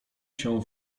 się